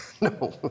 No